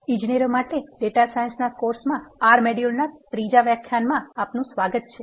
ઇજનેરો માટે ડેટા સાયન્સના કોર્સમાં R મોડ્યુલનાં 3 વ્યાખ્યાનમાં આપનું સ્વાગત છે